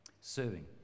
Serving